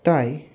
তাই